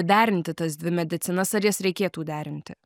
derinti tas dvi medicinas ar jas reikėtų derinti